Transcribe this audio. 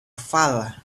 father